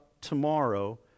tomorrow